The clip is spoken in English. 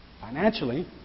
financially